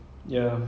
like